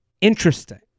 interesting